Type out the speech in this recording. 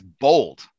bold